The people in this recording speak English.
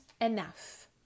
enough